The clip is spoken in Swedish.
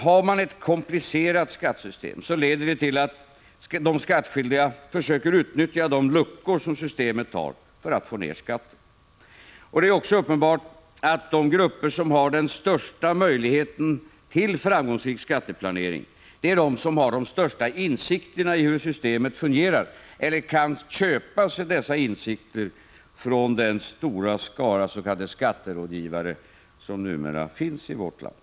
Har man ett komplicerat skattesystem leder det som bekant till att de skattskyldiga för att få ned skatten försöker utnyttja de luckor som systemet har. Det är också uppenbart att de grupper som har den största möjligheten till framgångsrik skatteplanering är de som har de största insikterna i hur systemet fungerar eller som kan köpa sig dessa insikter från den stora skara avs.k. skatterådgivare som numera finns i vårt land.